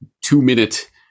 two-minute